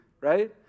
right